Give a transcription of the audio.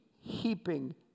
heaping